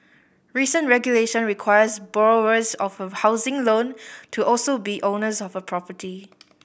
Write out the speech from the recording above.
recent regulation requires borrowers of a housing loan to also be owners of a property